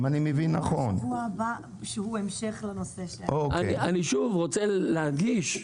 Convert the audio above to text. הוא הבא והוא המשך לנושא של --- אני רוצה להדגיש,